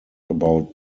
about